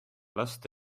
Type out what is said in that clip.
last